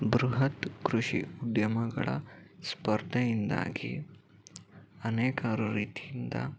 ಬೃಹತ್ ಕೃಷಿ ಉದ್ಯಮಗಳ ಸ್ಪರ್ಧೆಯಿಂದಾಗಿ ಅನೇಕಾರು ರೀತಿಯಿಂದ